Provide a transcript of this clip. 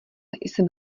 jsem